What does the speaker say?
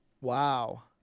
Wow